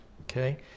okay